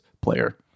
player